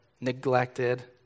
neglected